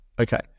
Okay